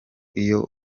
iyo